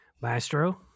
Maestro